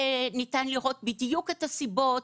וניתן לראות בדיוק את הסיבות.